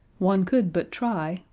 one could but try,